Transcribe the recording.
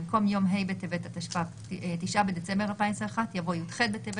במקום "יום ה' בטבת התשפ"ב (9 בדצמבר 2021)" יבוא "י"ח בטבת